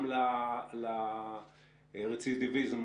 גם לרצידביזם,